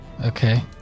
Okay